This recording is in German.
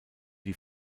die